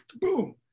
boom